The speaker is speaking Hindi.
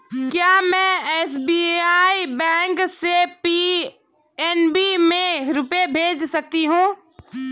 क्या में एस.बी.आई बैंक से पी.एन.बी में रुपये भेज सकती हूँ?